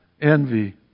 envy